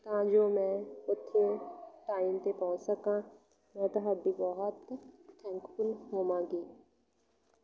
ਤਾਂ ਜੋ ਮੈਂ ਉੱਥੇ ਟਾਈਮ 'ਤੇ ਪਹੁੰਚ ਸਕਾਂ ਮੈਂ ਤੁਹਾਡੀ ਬਹੁਤ ਥੈਂਕਫੁੱਲ ਹੋਵਾਂਗੀ